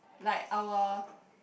like our